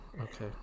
Okay